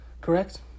Correct